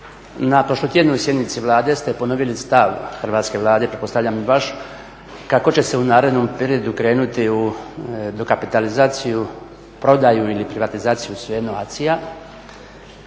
na prošlotjednoj sjednici Vlade ste ponovili stav Hrvatske vlade, pretpostavljam i vaš, kako će se u narednom periodu krenuti u dokapitalizaciju, prodaju ili privatizaciju ACI-ja